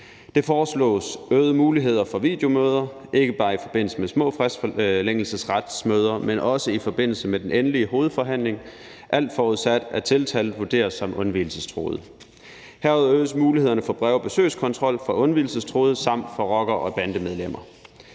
Der foreslås øgede muligheder for videomøder, ikke bare i forbindelse med små fristforlængelsesretsmøder, men også i forbindelse med den endelige hovedforhandling, alt forudsat at tiltalte vurderes som undvigelsestruet. Herudover øges mulighederne for brev- og besøgskontrol for undvigelsestruede samt for rockere og bandemedlemmer.